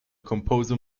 composer